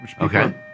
Okay